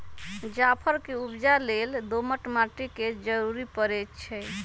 जाफर के उपजा लेल दोमट माटि के जरूरी परै छइ